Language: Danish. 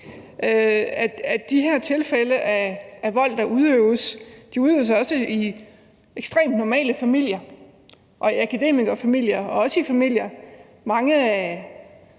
at de her tilfælde af vold, der udøves, også udøves i ekstremt normale familier og i akademikerfamilier og også i andre familier. Mange af